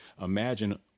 Imagine